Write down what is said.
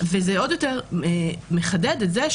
וזה עוד יותר מחדד את זה,